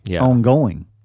ongoing